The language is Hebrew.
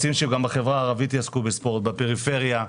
רוצים שגם בחברה הערבית יעסקו בספורט, בפריפריה.